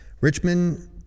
richmond